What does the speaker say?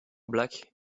black